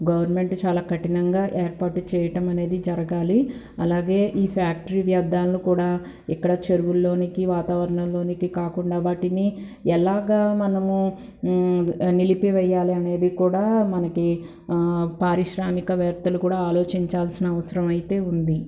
government చాలా కఠినంగా ఏర్పాటు చేయటం అనేది జరగాలి అలాగే ఈ ఫ్యాక్టరీ వ్యర్థాలను కూడా ఇక్కడ చెరువుల్లోనికి వాతావరణంలోనికి కాకుండా ఎలాగ మనము నిలిపి వేయాలి అనేది కూడా మనకి పారిశ్రామిక వేత్తలు కూడా ఆలోచించాల్సిన అవసరమైతే ఉంది